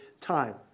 time